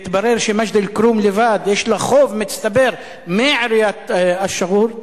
והתברר שמג'ד-אל-כרום לבד יש לה חוב מצטבר מעיריית א-שגור,